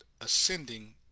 ascending